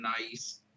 nice